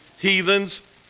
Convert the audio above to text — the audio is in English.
heathens